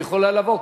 והיא יכולה לבוא,